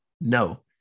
no